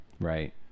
Right